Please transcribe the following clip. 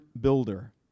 builder